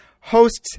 hosts